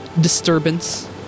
disturbance